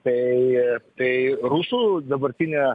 tai tai rusų dabartinė